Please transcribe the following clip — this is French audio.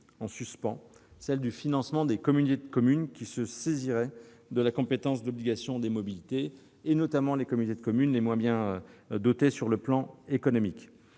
question, celle du financement des communautés de communes qui se saisiront de la compétence d'organisation des mobilités, et notamment de celles qui sont les moins bien dotées sur le plan économique.